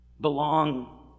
belong